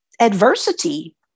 Adversity